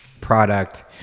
product